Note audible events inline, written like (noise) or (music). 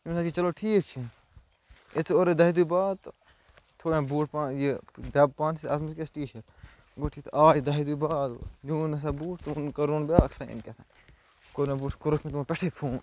(unintelligible) چلو ٹھیٖک چھُ یہِ ژٕ اورٕ دَہہِ دُہۍ بعد تہٕ تھوٚو مےٚ بوٗٹھ پان یہِ ڈَبہٕ پانسٕے اَتھ منٛز کیٛاہ چھِ ٹی شٲٹ گوٚو ٹھیٖک تہٕ آو یہِ دَہہِ دُہۍ بعد نِوُن ہسا بوٗٹھ (unintelligible) کرنٲوُن بیٛاکھ سایِن کہتانۍ کوٚر مےٚ بوٗٹھ کوٚرُکھ مےٚ تِمو پٮ۪ٹھٔے فون